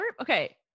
Okay